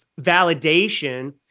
validation